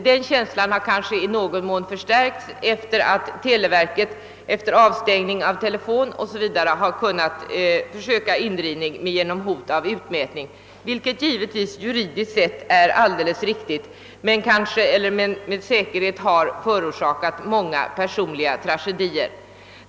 Den känslan har kanske i någon mån förstärkts sedan televerket efter avstängning av telefonen försökt göra indrivning genom hot om utmätning, vilket givetvis juridiskt sett är alldeles riktigt men med säkerhet förorsakat många personliga tragedier.